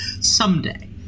someday